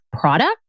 product